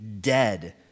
dead